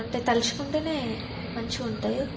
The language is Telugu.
అంటే తలుచుకుంటే మంచిగా ఉంటుంది